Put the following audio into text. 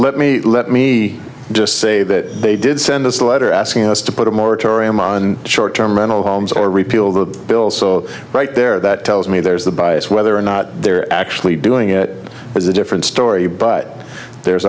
let me let me just say that they did send us letter asking us to put a moratorium on short term rental homes or repeal the bill so right there that tells me there's the bias whether or not they're actually doing it is a different story but there's